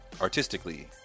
artistically